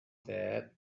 that